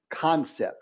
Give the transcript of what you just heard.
concept